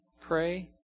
Pray